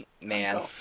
man